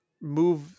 move